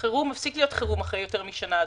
חירום הפסיק להיות חירום אחרי יותר משנה.